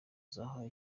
zahawe